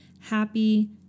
happy